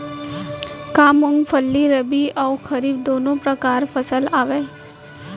का मूंगफली रबि अऊ खरीफ दूनो परकार फसल आवय?